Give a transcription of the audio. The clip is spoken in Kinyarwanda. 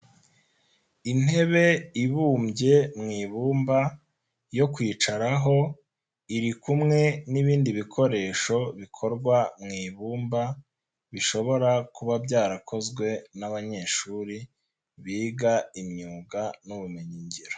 Intebe ibumbye mu ibumba yo kwicaraho iri kumwe n'ibindi bikoresho bikorwa mu ibumba bishobora kuba byarakozwe n'abanyeshuri biga imyuga n'ubumenyingiro.